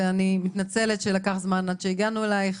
ואני מתנצלת שלקח זמן עד שהגענו אליך.